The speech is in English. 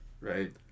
Right